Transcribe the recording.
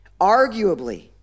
Arguably